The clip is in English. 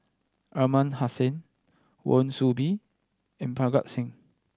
Aliman Hassan Wan Soon Bee and Parga Singh